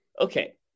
okay